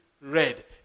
red